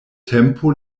tempo